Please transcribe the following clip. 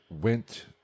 went